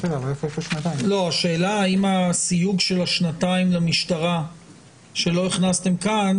כן אבל השאלה אם הסיוג של השנתיים למשטרה שלא הכנסתם כאן,